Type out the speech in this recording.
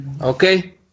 Okay